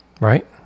Right